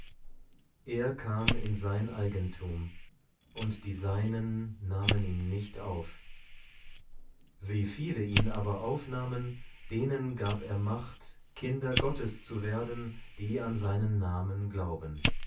er kam in sein eigentum und die seinen nahmen ihn nicht auf wie viele ihn aber aufnahmen denen gab er macht kinder gottes zu werden die an seinen namen glauben